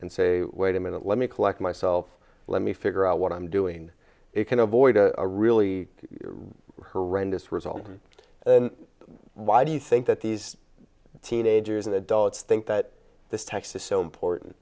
and say wait a minute let me collect myself let me figure out what i'm doing it can avoid a really horrendous result why do you think that these teenagers and adults think that this texas so important